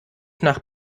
nach